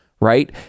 right